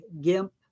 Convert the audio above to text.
gimp